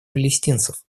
палестинцев